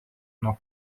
nuo